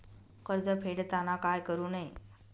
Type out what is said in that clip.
कर्ज फेडताना काय करु नये?